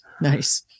nice